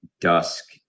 dusk